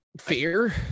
fear